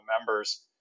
members